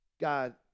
God